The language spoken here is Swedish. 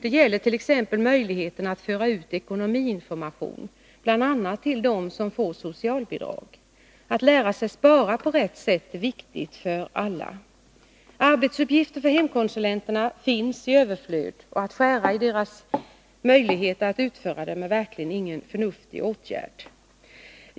Detta gäller t.ex. möjligheterna att föra ut ekonomiinformation, bl.a. till dem som får socialbidrag. Att lära sig att spara på rätt sätt är viktigt för alla. Arbetsuppgifter för hemkonsulenterna finns i överflöd och att skära ned deras möjligheter att utföra dem är verkligen ingen förnuftig åtgärd.